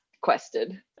quested